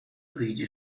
wyjdzie